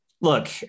Look